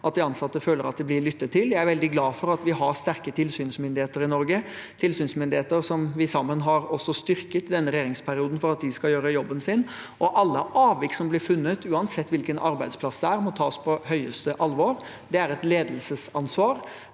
at de ansatte føler at de blir lyttet til. Jeg er veldig glad for at vi har sterke tilsynsmyndigheter i Norge, tilsynsmyndigheter som vi sammen har styrket i denne regjeringsperioden, for at de skal gjøre jobben sin. Alle avvik som blir funnet, uansett hvilken arbeidsplass det er, må tas på største alvor. Det er et ledelsesansvar